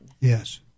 Yes